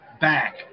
back